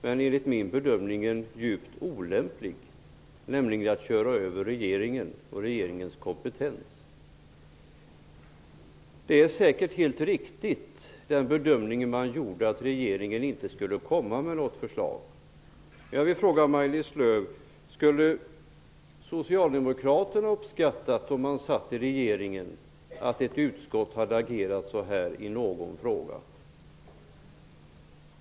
Men enligt min bedömning är den djupt olämplig. Man kör över regeringen och regeringens kompetens. Den bedömning man gjorde om att regeringen inte skulle komma med något förslag är säkert helt riktig. Jag vill fråga Maj-Lis Lööw: Skulle socialdemokraterna ha uppskattat det, om de suttit i regeringen, att ett utskott hade agerat så här i någon fråga?